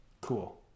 Cool